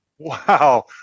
Wow